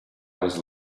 was